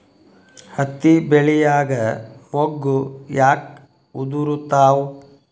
ಹತ್ತಿ ಬೆಳಿಯಾಗ ಮೊಗ್ಗು ಯಾಕ್ ಉದುರುತಾವ್?